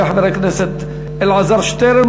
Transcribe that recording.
יעלה חבר הכנסת אלעזר שטרן,